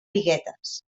biguetes